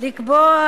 לקבוע